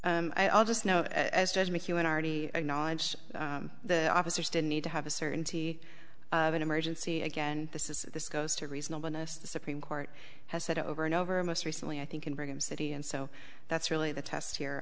were i'll just know as judge mckeown already acknowledged the officers didn't need to have a certainty of an emergency again this is this goes to reasonableness the supreme court has said over and over and most recently i think in brigham city and so that's really the test here